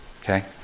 Okay